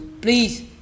Please